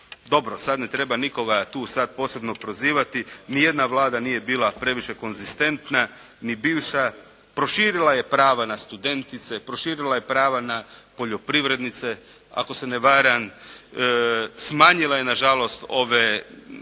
dobro sad ne treba nikoga tu sad posebno prozivati ni jedna Vlada previše konzistentna, ni bivša, proširila je prava na studentice, proširila je prava na poljoprivrednice, ako se ne varam smanjila je nažalost ove